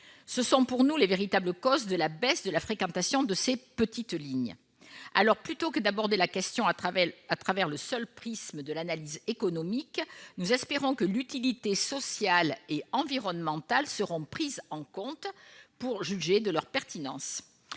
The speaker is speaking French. Ce sont là, pour nous, les véritables causes de la baisse de fréquentation de ces petites lignes. Aussi, plutôt que d'aborder la question à travers le seul prisme de l'analyse économique, nous espérons que l'utilité sociale et environnementale sera prise en compte pour juger de la pertinence